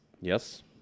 Yes